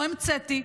לא המצאתי,